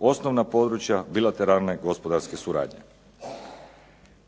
osnovna područja bilateralne gospodarske suradnje.